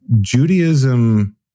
Judaism